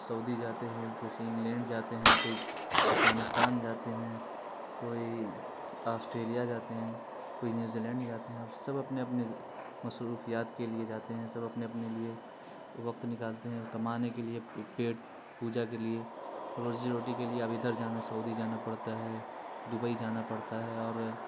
سعودی جاتے ہیں کچھ انگلینڈ جاتے ہیں کوئی افغانستان جاتے ہیں کوئی آسٹریلیا جاتے ہیں کوئی نیو زیلینڈ جاتے ہیں اب سب اپنے اپنے مصروفیات کے لیے جاتے ہیں سب اپنے اپنے لیے وقت نکالتے ہیں اور کمانے کے لیے پیٹ پوجا کے لیے روزی روٹی کے لیے اب ادھر جانا سعودی جانا پڑتا ہے دبئی جانا پڑتا ہے اور